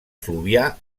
fluvià